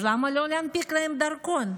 אז למה לא להנפיק להם דרכון?